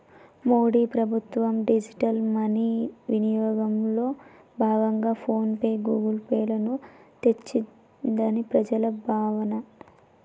మోడీ ప్రభుత్వం digital money వినియోగంలో భాగంగా ఫోన్ పే, గూగుల్ పే లను తెచ్చిందని ప్రజల భావన